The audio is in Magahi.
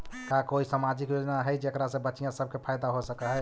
का कोई सामाजिक योजना हई जेकरा से बच्चियाँ सब के फायदा हो सक हई?